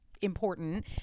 important